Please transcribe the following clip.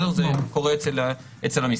זה קורה במשרד.